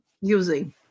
using